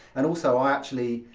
and also i actually,